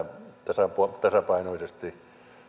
edistää tasapainoisesti